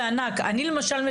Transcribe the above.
אני למשל,